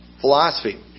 philosophy